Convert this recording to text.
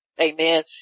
Amen